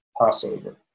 Passover